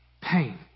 pain